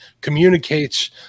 communicates